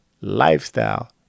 lifestyle